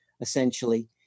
essentially